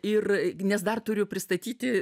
ir nes dar turiu pristatyti